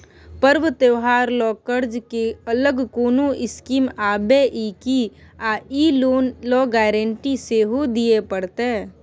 पर्व त्योहार ल कर्ज के अलग कोनो स्कीम आबै इ की आ इ लोन ल गारंटी सेहो दिए परतै?